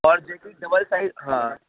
ओर जेकी double size हा